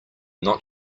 not